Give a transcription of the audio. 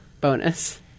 bonus